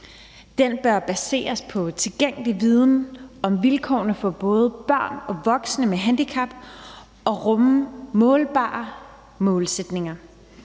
Den bør baseres på tilgængelig viden om vilkårene for både børn og voksne med handicap og rumme målbare målsætninger.